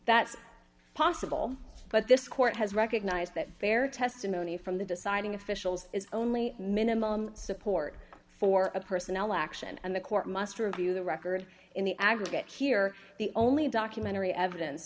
that's possible but this court has recognized that fair testimony from the deciding officials is only minimal support for a personnel action and the court muster a view the record in the aggregate here the only documentary evidence